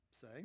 say